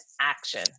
action